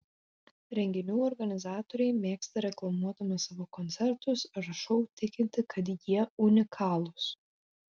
renginių organizatoriai mėgsta reklamuodami savo koncertus ar šou tikinti kad jie unikalūs